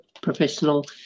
professional